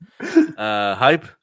Hype